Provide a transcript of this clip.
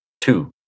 two